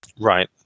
Right